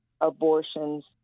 abortions